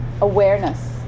awareness